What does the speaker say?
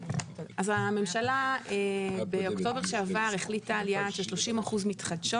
המשלה באוקטובר שעבר החליטה על יעד של 30% מתחדשות.